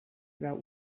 about